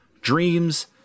Dreams